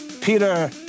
Peter